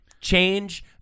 change